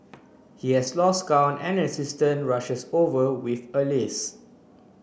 he has lost count and an assistant rushes over with a list